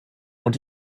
und